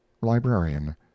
librarian